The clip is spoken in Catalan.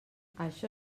això